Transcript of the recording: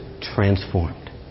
transformed